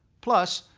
plus,